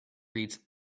reads